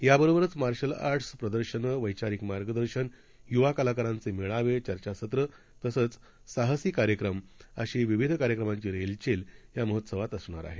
याबरोबरचमार्शलआर्ट्स प्रदर्शनं वद्यारिकमार्गदर्शन युवाकलाकारांचेमेळावे चर्चासत्र तसंचसाहसीकार्यक्रमअशीविविधकार्यक्रमांचीरेलचेलयामहेत्सवातअसणारआहे